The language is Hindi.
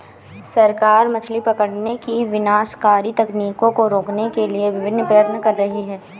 सरकार मछली पकड़ने की विनाशकारी तकनीकों को रोकने के लिए विभिन्न प्रयत्न कर रही है